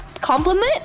Compliment